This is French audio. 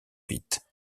vite